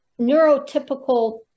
neurotypical